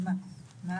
מה